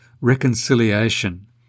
reconciliation